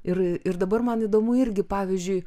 ir ir dabar man įdomu irgi pavyzdžiui